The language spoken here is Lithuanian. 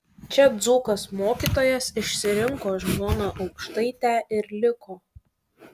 čia dzūkas mokytojas išsirinko žmoną aukštaitę ir liko